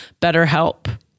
BetterHelp